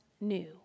new